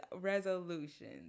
resolutions